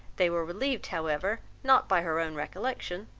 they were relieved however, not by her own recollection,